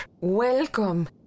Welcome